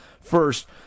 first